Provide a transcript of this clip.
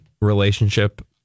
relationship